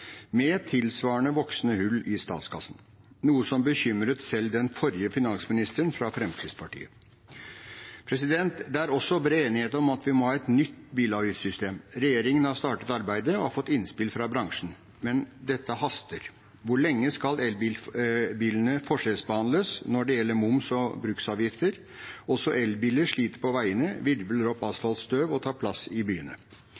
med tilsvarende voksende hull i statskassen, noe som bekymret selv den forrige finansministeren, fra Fremskrittspartiet. Det er også bred enighet om at vi må ha et nytt bilavgiftssystem. Regjeringen har startet arbeidet og har fått innspill fra bransjen, men dette haster. Hvor lenge skal elbilene forskjellsbehandles når det gjelder moms og bruksavgifter? Også elbiler sliter på veiene, virvler opp asfaltstøv og tar plass i byene.